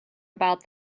about